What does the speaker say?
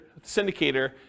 syndicator